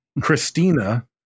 Christina